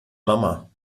mama